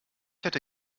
hätte